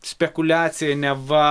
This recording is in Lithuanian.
spekuliaciją neva